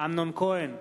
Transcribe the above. אמנון כהן,